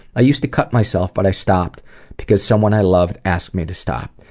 i used to cut myself, but i stopped because someone i love asked me to stop,